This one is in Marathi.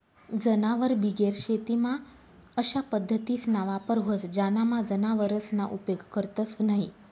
जनावरबिगेर शेतीमा अशा पद्धतीसना वापर व्हस ज्यानामा जनावरसना उपेग करतंस न्हयी